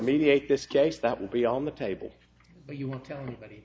mediate this case that will be on the table but you won't tell anybody